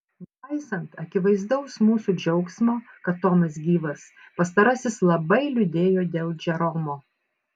nepaisant akivaizdaus mūsų džiaugsmo kad tomas gyvas pastarasis labai liūdėjo dėl džeromo